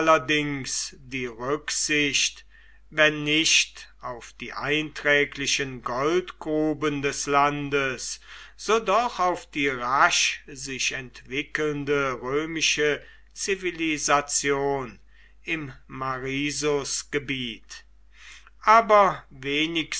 die rücksicht wenn nicht auf die einträglichen goldgruben des landes so doch auf die rasch sich entwickelnde römische zivilisation im marisusgebiet aber